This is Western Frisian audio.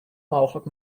mooglik